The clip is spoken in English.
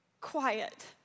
Quiet